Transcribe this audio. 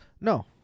No